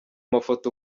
mafoto